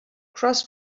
cross